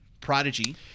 Prodigy